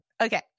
okay